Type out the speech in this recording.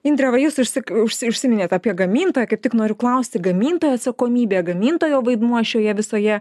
indre va jūs išsyk užsi užsiminėt apie gamintoją kaip tik noriu klausti gamintojo atsakomybė gamintojo vaidmuo šioje visoje